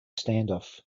standoff